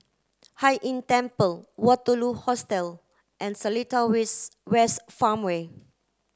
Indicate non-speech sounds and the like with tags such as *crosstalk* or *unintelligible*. Hai Inn Temple Waterloo Hostel and Seletar *unintelligible* West Farmway